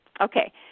Okay